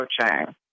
coaching